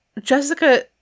Jessica